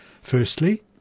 Firstly